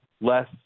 less